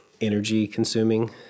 energy-consuming